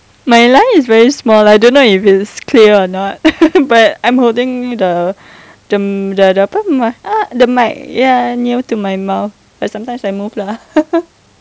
my line is very small I don't know if it's clear or not but I'm holding the the the the mic ya near to my mouth but sometimes I move lah